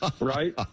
right